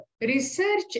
research